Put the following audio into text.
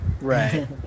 Right